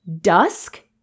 dusk